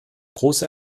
große